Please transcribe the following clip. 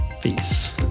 Peace